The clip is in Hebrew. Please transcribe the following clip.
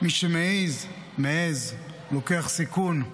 מי שמעז, לוקח סיכון,